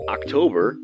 October